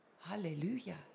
hallelujah